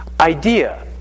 idea